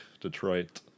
detroit